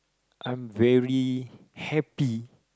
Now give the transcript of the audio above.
I'm very happy